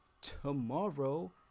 tomorrow